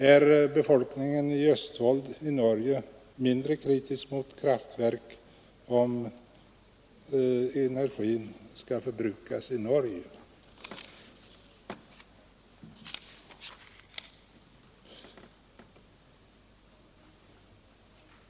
Är befolkningen i Östfold i Norge mindre kritisk mot kärnkraftverk, om elenergin skall förbrukas i Norge?